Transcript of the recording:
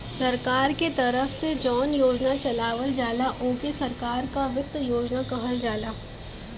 सरकार के तरफ से जौन योजना चलावल जाला ओके सरकार क वित्त योजना कहल जाला